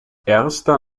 erster